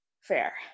Fair